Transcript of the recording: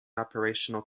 operational